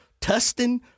Tustin